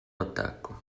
attacco